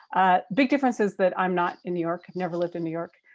big difference is that i'm not in new york. i've never lived in new york.